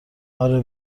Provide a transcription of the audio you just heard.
اره